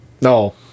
No